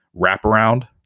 wraparound